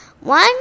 One